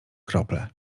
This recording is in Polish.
krople